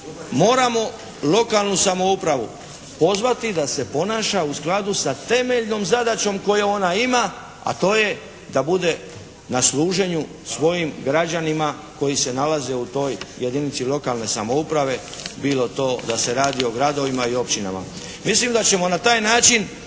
moramo lokalnu samoupravu pozvati da se ponaša u skladu sa temeljnom zadaćom koju ona ima, a to je da bude na služenju svojim građanima koji se nalaze u toj jedinici lokalne samouprave bilo to da se radi o gradovima i o općinama. Mislim da ćemo na taj način